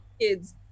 kids